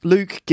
Luke